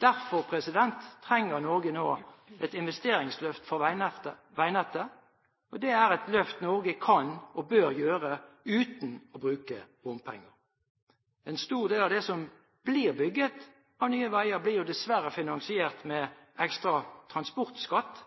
Derfor trenger Norge nå et investeringsløft for veinettet, og det er et løft Norge kan og bør gjøre uten å bruke bompenger. En stor av det som blir bygget av nye veier, blir jo dessverre finansiert med ekstra transportskatt.